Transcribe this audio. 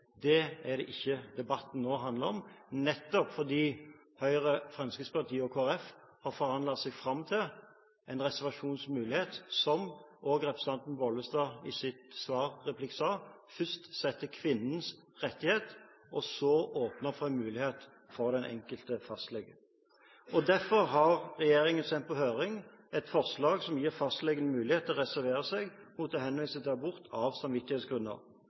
Det er ikke det debatten nå handler om, nettopp fordi Høyre, Fremskrittspartiet og Kristelig Folkeparti har forhandlet seg fram til en reservasjonsmulighet, som – som også representanten Bollestad sa i sin svarreplikk – setter kvinnens rettighet først, og så åpner for en mulighet for den enkelte fastlege. Derfor har regjeringen sendt på høring et forslag som gir fastlegen mulighet til å reservere seg mot å henvise til abort av samvittighetsgrunner.